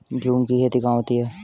झूम की खेती कहाँ होती है?